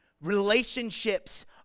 relationships